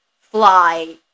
fly